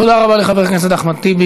תודה רבה לחבר הכנסת אחמד טיבי.